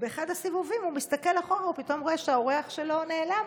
באחד הסיבובים הוא מסתכל אחורה והוא פתאום רואה שהאורח שלו נעלם.